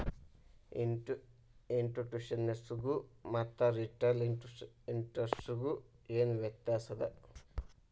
ಇನ್ಸ್ಟಿಟ್ಯೂಷ್ನಲಿನ್ವೆಸ್ಟರ್ಸ್ಗು ಮತ್ತ ರಿಟೇಲ್ ಇನ್ವೆಸ್ಟರ್ಸ್ಗು ಏನ್ ವ್ಯತ್ಯಾಸದ?